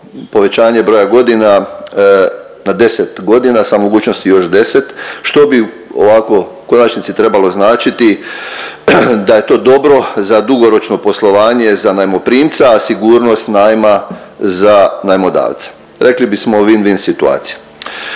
povećanje broja godina, na 10.g. sa mogućnosti još 10., što bi ovako u konačnici trebalo značiti da je to dobro za dugoročno poslovanje za najmoprimca, a sigurnost najma za najmodavca, rekli bismo vin-vin situacija.